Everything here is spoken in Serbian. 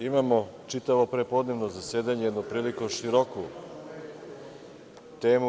Imamo čitavo prepodnevno zasedanje jednu prilično široku temu.